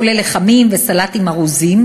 כולל לחמים וסלטים ארוזים,